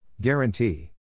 Guarantee